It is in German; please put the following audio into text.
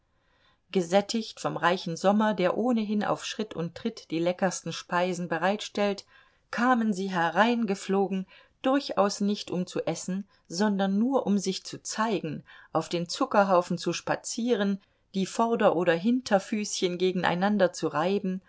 gesättigt vom reichen sommer der ohnehin auf schritt und tritt die leckersten speisen bereitstellt kamen sie hereingeflogen durchaus nicht um zu essen sondern nur um sich zu zeigen auf den zuckerhaufen zu spazieren die vorder oder hinterfüßchen gegeneinander zu reiben